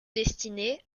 destinés